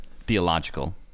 theological